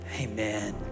amen